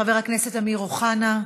חבר הכנסת אמיר אוחנה,